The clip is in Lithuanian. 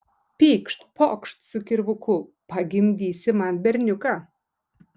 pykšt pokšt su kirvuku pagimdysi man berniuką